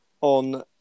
on